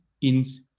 ins